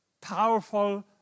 powerful